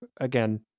again